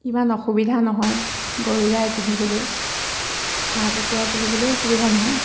ইমান অসুবিধা নহয় গৰু গাই পুহিবলৈ হাঁহ কুকুৰা পুহিবলৈ অসুবিধা নহয়